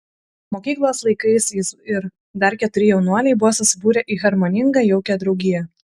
mokyklos laikais jis ir dar keturi jaunuoliai buvo susibūrę į harmoningą jaukią draugiją